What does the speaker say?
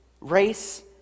race